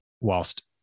whilst